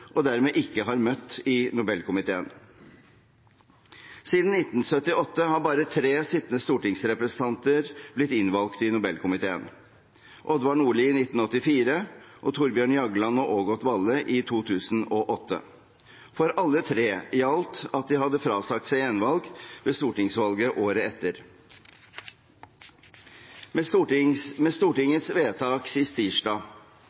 og dermed ikke har møtt i Nobelkomiteen. Siden 1978 har bare tre sittende stortingsrepresentanter blitt innvalgt i Nobelkomiteen, Odvar Nordli i 1984 og Thorbjørn Jagland og Ågot Valle i 2008. For alle tre gjaldt at de hadde frasagt seg gjenvalg ved stortingsvalget året etter. Med Stortingets vedtak sist tirsdag